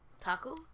Taco